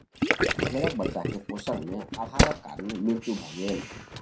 भेड़क बच्चा के पोषण में अभावक कारण मृत्यु भ गेल